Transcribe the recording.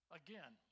again